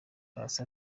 paccy